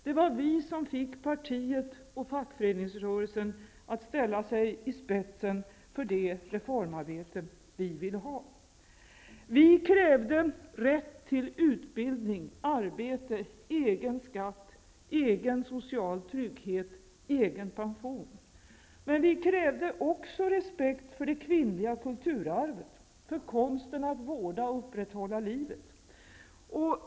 Det var vi som fick partiet och fackföreningsrörelsen att ställa sig i spetsen för det reformarbete vi ville ha. Vi krävde rätt till utbildning, arbete, egen skatt, egen social trygghet, egen pension. Vi krävde också respekt för det kvinnliga kulturarvet, för konsten att vårda och upprätthålla livet.